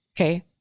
Okay